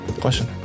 Question